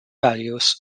values